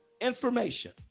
Information